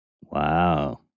Wow